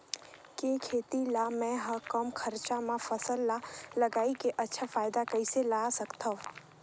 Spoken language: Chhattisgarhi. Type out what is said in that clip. के खेती ला मै ह कम खरचा मा फसल ला लगई के अच्छा फायदा कइसे ला सकथव?